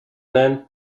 then